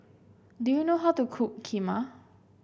do you know how to cook Kheema